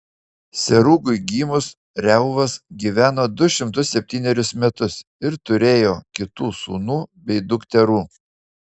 serugui gimus reuvas gyveno du šimtus septynerius metus ir turėjo kitų sūnų bei dukterų